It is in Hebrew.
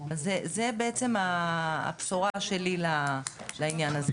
זה בעצם הבשורה שלי לעניין הזה.